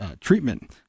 treatment